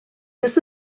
this